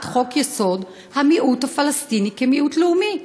חוק-יסוד: המיעוט הפלסטיני כמיעוט לאומי.